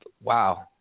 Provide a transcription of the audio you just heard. wow